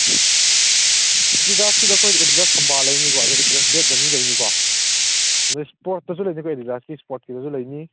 ꯑꯦꯗꯤꯗꯥꯁꯀꯤꯗꯣ ꯑꯩꯈꯣꯏꯅ ꯑꯦꯗꯤꯗꯥꯁ ꯊꯝꯕꯥꯜ ꯂꯩꯅꯤꯀꯣ ꯑꯗꯒꯤ ꯑꯦꯗꯤꯗꯥꯁ ꯕꯦꯠ ꯕꯅꯤ ꯂꯩꯅꯤꯀꯣ ꯑꯗꯒꯤ ꯏꯁꯄꯣꯔꯠꯁꯇꯁꯨ ꯂꯩꯅꯤꯀꯣ ꯑꯦꯗꯤꯗꯥꯁꯀꯤ ꯏꯁꯄꯣꯔꯠꯀꯤꯗꯁꯨ ꯂꯩꯅꯤ